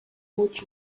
woot